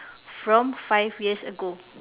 from five years ago